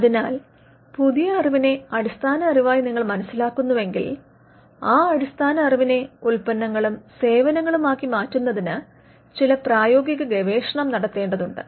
അതിനാൽ പുതിയ അറിവിനെ അടിസ്ഥാന അറിവായി നിങ്ങൾ മനസ്സിലാക്കുന്നുവെങ്കിൽ ആ അടിസ്ഥാന അറിവിനെ ഉൽപ്പന്നങ്ങളും സേവനങ്ങളും ആക്കി മാറ്റുന്നതിന് ചില പ്രായോഗിക ഗവേഷണം നടത്തേണ്ടതുണ്ട്